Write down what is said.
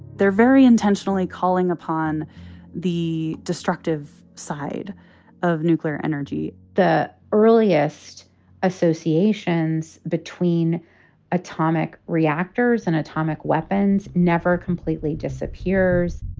they're very intentionally calling upon the destructive side of nuclear energy the earliest associations between atomic reactors and atomic weapons never completely disappears